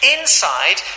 Inside